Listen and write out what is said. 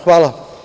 Hvala.